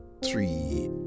three